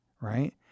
right